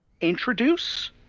Introduce